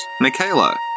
Michaela